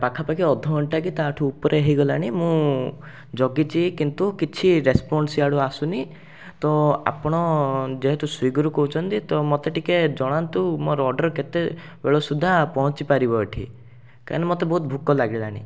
ପାଖାପାଖି ଅଧଘଣ୍ଟା କି ତା'ଠୁ ଉପରେ ହେଇଗଲାଣି ମୁଁ ଜଗିଛି କିନ୍ତୁ କିଛି ରେସ୍ପଣ୍ଡ୍ ସିଆଡ଼ୁ ଆସୁନି ତ ଆପଣ ଯେହେତୁ ସ୍ଵିଗୀରୁ କହୁଛନ୍ତି ତ ମୋତେ ଟିକିଏ ଜଣାନ୍ତୁ ମୋର ଅର୍ଡ଼ର୍ କେତେ ବେଳ ସୁଦ୍ଧା ପହଞ୍ଚି ପାରିବ ଏଠି କାହିଁନା ମୋତେ ବହୁତ ଭୋକ ଲାଗିଲାଣି